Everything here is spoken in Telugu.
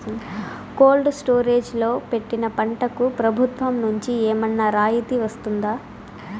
కోల్డ్ స్టోరేజ్ లో పెట్టిన పంటకు ప్రభుత్వం నుంచి ఏమన్నా రాయితీ వస్తుందా?